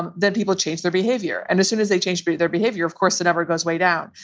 and then people change their behavior. and as soon as they change but their behavior, of course, the number goes way down.